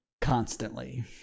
constantly